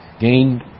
gained